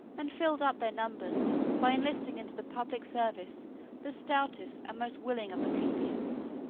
and filled up their numbers, by enlisting into the public service the stoutest and most willing of the plebeians.